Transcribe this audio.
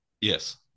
yes